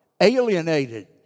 alienated